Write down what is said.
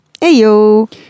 Ayo